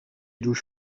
جوش